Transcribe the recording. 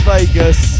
Vegas